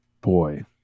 Boy